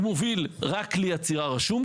הוא מוביל רק כלי אצירה רשום.